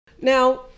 Now